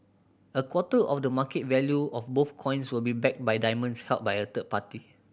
a quarter of the market value of both coins will be backed by diamonds held by a third party